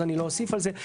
אז אני לא אוסיף על זה.